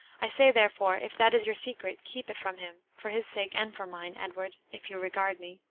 i say, therefore, if that is your secret, keep it from him, for his sake and for mine, edward, if you regard me.